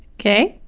okay,